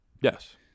Yes